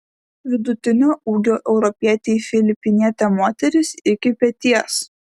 vidutinio ūgio europietei filipinietė moteris iki peties